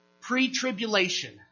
Pre-tribulation